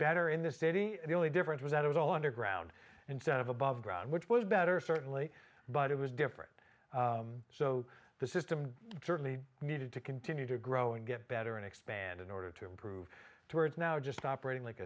better in the city the only difference was that it was all underground instead of above ground which was better certainly but it was different so the system certainly needed to continue to grow and get better and expand in order to improve towards now just operating like